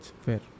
Fair